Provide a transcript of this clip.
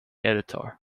editor